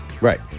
right